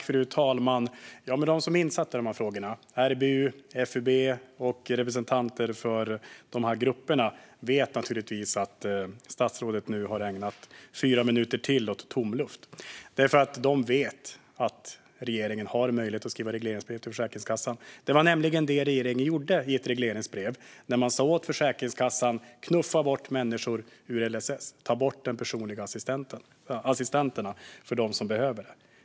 Fru talman! De som är insatta i de här frågorna - RBU, FUB och representanter för dessa grupper - vet naturligtvis att statsrådet nu har ägnat ytterligare fyra minuter åt tom luft. De vet att regeringen har möjlighet att skriva regleringsbrev till Försäkringskassan. Det var nämligen det regeringen gjorde i ett regleringsbrev när den sa åt Försäkringskassan: Knuffa bort människor ur LSS, ta bort de personliga assistenterna för dem som behöver det.